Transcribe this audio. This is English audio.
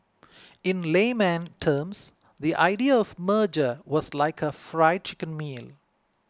in layman terms the idea of merger was like a Fried Chicken meal